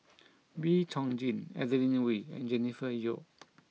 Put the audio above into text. Wee Chong Jin Adeline Ooi and Jennifer Yeo